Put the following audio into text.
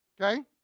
Okay